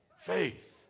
Faith